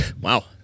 Wow